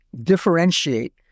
differentiate